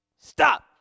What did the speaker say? stop